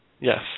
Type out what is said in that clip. Yes